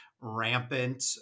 rampant